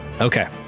Okay